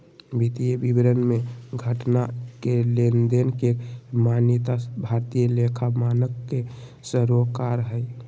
वित्तीय विवरण मे घटना के लेनदेन के मान्यता भारतीय लेखा मानक के सरोकार हय